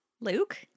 Luke